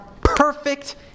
perfect